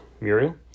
Muriel